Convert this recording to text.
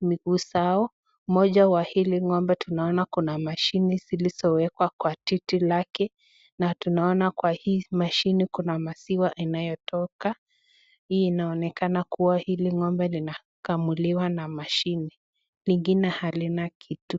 miguu zao. Moja wa hili ng'ombe tunaona kuna mashini zilizowekwa kwa titi lake na tunaona kwa hii mashini kuna maziwa yanayotoka. Hii inaonekana kuwa hili ng'ombe linakamuliwa na mashini. Lingine halina kitu.